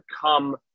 come